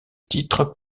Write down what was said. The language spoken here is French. titre